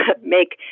make